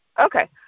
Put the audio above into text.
Okay